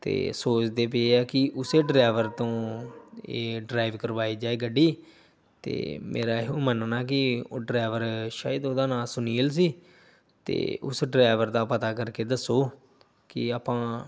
ਅਤੇ ਸੋਚਦੇ ਪਏ ਆ ਕਿ ਉਸੇ ਡਰਾਈਵਰ ਤੋਂ ਇਹ ਡਰਾਈਵ ਕਰਵਾਈ ਜਾਏ ਗੱਡੀ ਅਤੇ ਮੇਰਾ ਇਹੋ ਮੰਨਣਾ ਕਿ ਉਹ ਡਰਾਈਵਰ ਸ਼ਾਇਦ ਉਹਦਾ ਨਾਂ ਸੁਨੀਲ ਸੀ ਅਤੇ ਉਸ ਡਰਾਈਵਰ ਦਾ ਪਤਾ ਕਰਕੇ ਦੱਸੋ ਕਿ ਆਪਾਂ